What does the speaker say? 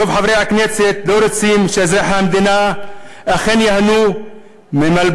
רוב חברי הכנסת לא רוצים שאזרחי המדינה אכן ייהנו ממלבוש,